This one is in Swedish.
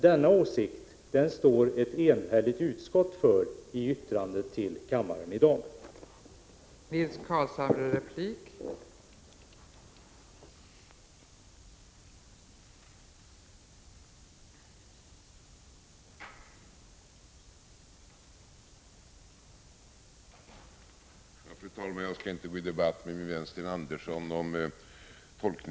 Denna åsikt står ett enhälligt utskott för i det betänkande som kammaren behandlar i dag.